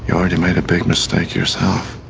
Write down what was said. yeah already made a big mistake yourself.